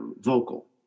vocal